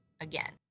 again